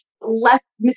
less